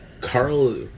Carl